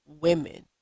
women